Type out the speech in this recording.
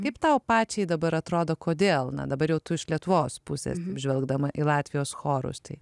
kaip tau pačiai dabar atrodo kodėl na dabar jau tu iš lietuvos pusės žvelgdama į latvijos chorus tai